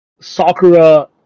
Sakura